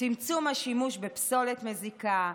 צמצום השימוש בפסולת מזיקה,